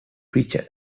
preacher